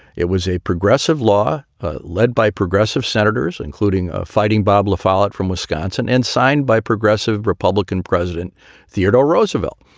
it was a progressive law led by progressive senators, including fighting bob la follette from wisconsin and signed by progressive republican president theodore roosevelt.